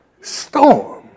storm